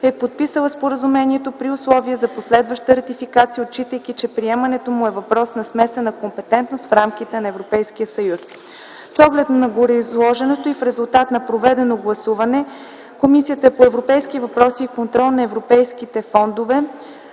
е подписала споразумението, при условие за последваща ратификация, отчитайки, че приемането му е въпрос на смесена компетентност в рамките на Европейския съюз. С оглед на гореизложеното и в резултат на проведено гласуване Комисията по европейските въпроси и контрол на европейските фондове,